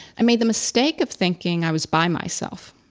i made the mistake of thinking i was by myself.